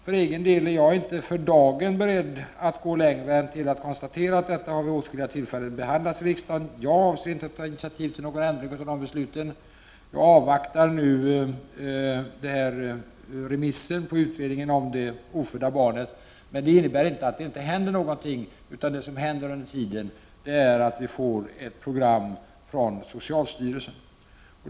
För egen del är jag för dagen inte beredd att gå längre. Jag konstaterar alltså bara att denna fråga vid åtskilliga tillfällen har behandlats i riksdagen. Jag avser inte att ta initiativ till en ändring av fattade beslut. Jag avvaktar remissvaren när det gäller utredningen om det ofödda barnet. Men det innebär inte att det inte händer någonting. Jag kan säga att vi under tiden får ett program från socialstyrelsen.